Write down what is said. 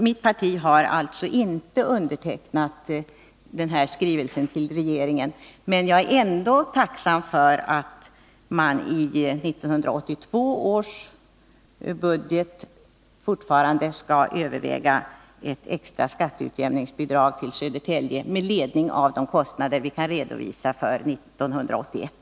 Mitt parti har alltså inte undertecknat den här skrivelsen till regeringen, men jag är ändå tacksam för att man i 1982 års budget skall överväga ett extra skatteutjämningsbidrag till Södertälje med ledning av de kostnader vi kan redovisa för 1981.